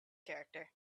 character